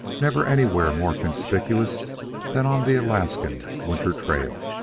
never anywhere more conspicuous than on the alaskan winter-trail.